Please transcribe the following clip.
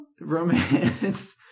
romance